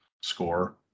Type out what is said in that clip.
score